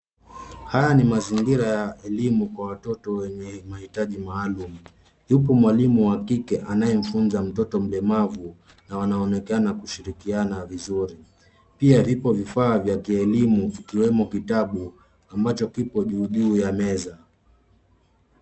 Haya ni mazingira ya elimu kwa watoto wenye mahitaji maalum. Yupo mwalimu wa kike anayemfunza mtoto mlemavu na wanaonekana kushirikiana vizuri. Pia vipo vifaa vya kielimu vikiwemo kitabu ambacho kipo juu juu ya meza.